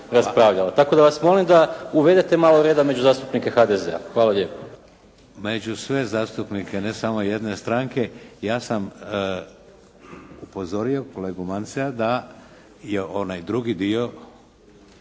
Tako da vas molim da uvedete malo reda među zastupnike HDZ-a. Hvala lijepo. **Šeks, Vladimir (HDZ)** Ja ću sve zastupnike, ne samo jedne stranke, ja sam upozorio kolegu Mancea da je onaj drugi dio,